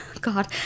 god